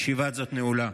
ישיבה זו נעולה.